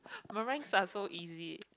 meringues are so easy